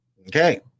Okay